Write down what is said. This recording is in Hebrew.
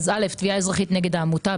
תביעה אזרחית נגד העמותה,